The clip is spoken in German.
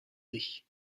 sich